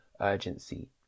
urgency